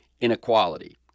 Inequality